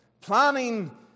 planning